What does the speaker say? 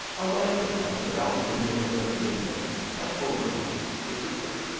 alighted on the balcony of a pavilion that overhung the river.